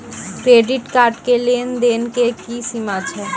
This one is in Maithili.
क्रेडिट कार्ड के लेन देन के की सीमा छै?